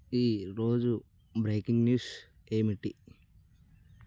ఈ రోజు breaking news ఏమిటి